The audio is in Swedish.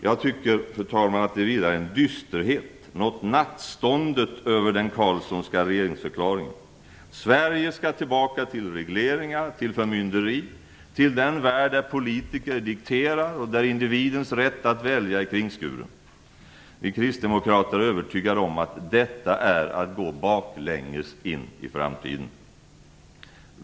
Jag tycker att det vilar en dysterhet, något nattståndet över den Carlssonska regeringsförklaringen. Sverige skall tillbaka till regleringar, till förmynderi, till den värld där politiker dikterar och där individens rätt att välja är kringskuren. Vi kristdemokrater är övertygade om att detta är att gå baklänges in i framtiden.